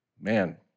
Man